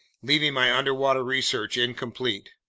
leaving my underwater research incomplete!